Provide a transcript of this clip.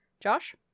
Josh